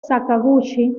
sakaguchi